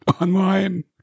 online